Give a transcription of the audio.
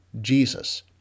Jesus